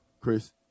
Chris